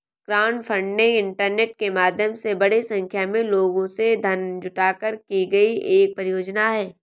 crowdfunding internet के माध्यम से बड़ी संख्या में लोगों से धन जुटाकर की गई एक परियोजना है